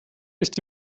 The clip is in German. ist